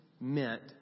meant